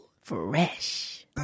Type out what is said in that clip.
Fresh